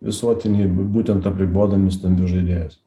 visuotinį būtent apribodami stambius žaidėjus